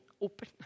open